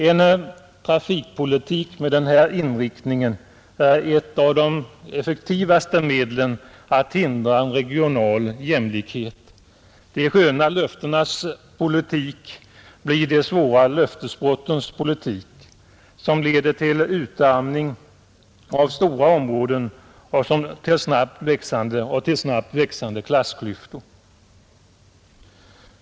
En trafikpolitik med den här inriktningen är ett av de effektivaste medlen att hindra en regional jämlikhet. De sköna löftenas politik blir de svåra löftesbrottens politik, som leder till utarmning av stora områden och till snabbt växande klassklyftor.